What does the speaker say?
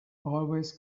always